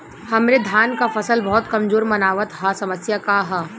हमरे धान क फसल बहुत कमजोर मनावत ह समस्या का ह?